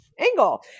angle